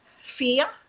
fear